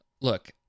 look